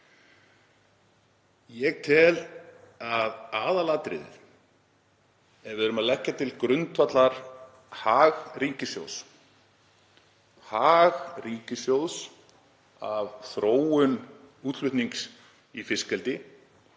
Ég tel að aðalatriðið — ef við erum að hugsa um grundvallarhag ríkissjóðs, hag ríkissjóðs af þróun útflutnings í fiskeldi